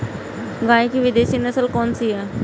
गाय की विदेशी नस्ल कौन सी है?